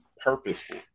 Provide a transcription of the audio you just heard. Purposeful